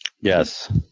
Yes